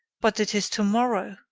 but it is tomorrow.